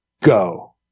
go